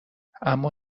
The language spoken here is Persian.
اما